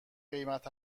قیمت